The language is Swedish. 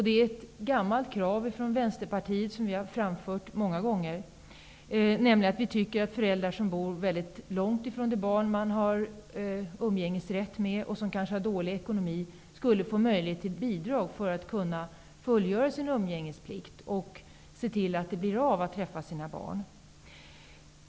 Det är ett gammalt krav som Vänsterpartiet många gånger har framfört, nämligen att föräldrar som bor väldigt långt ifrån det barn som man har umgängesrätt med och som kanske har dålig ekonomi, skulle få rätt till bidrag för att kunna fullgöra sin umgängesplikt och se till att det blir av att de träffar sina barn.